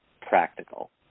practical